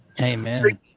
Amen